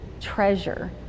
treasure